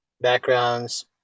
backgrounds